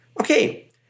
Okay